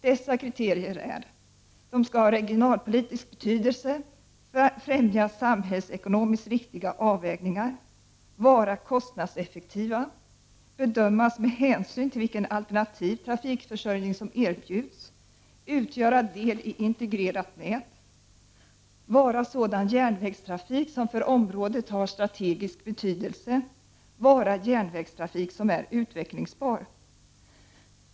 Dessa kriterier är: - ha regionalpolitisk betydelse . främja samhällsekonomiskt riktiga avvägningar . vara kostnadseffektiva . bedömas med hänsyn till vilken alternativ trafikförsörjning som erbjuds . utgöra del i integrerat nät . vara sådan järnvägstrafik som för området har strategisk betydelse - vara järnvägstrafik som är utvecklingsbar.